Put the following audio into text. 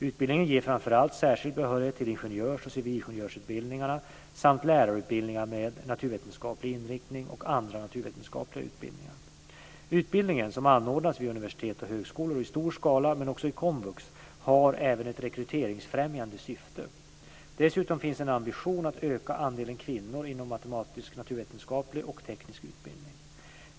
Utbildningen ger framför allt särskild behörighet till ingenjörs och civilingenjörsutbildningar samt lärarutbildningar med naturvetenskaplig inriktning och andra naturvetenskapliga utbildningar. Utbildningen, som anordnas vid universitet och högskolor i stor skala men också i komvux, har även ett rekryteringsfrämjande syfte. Dessutom finns en ambition att öka andelen kvinnor inom matematisk-naturvetenskaplig och teknisk utbildning.